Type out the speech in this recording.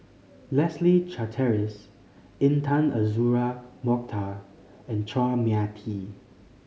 Leslie Charteris Intan Azura Mokhtar and Chua Mia Tee